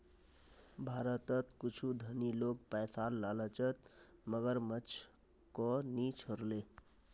भारतत कुछू धनी लोग पैसार लालचत मगरमच्छको नि छोड ले